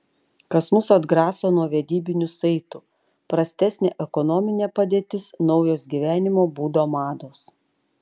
kas mus atgraso nuo vedybinių saitų prastesnė ekonominė padėtis naujos gyvenimo būdo mados